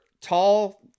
tall